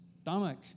stomach